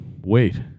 wait